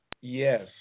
Yes